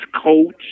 coach